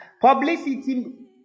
Publicity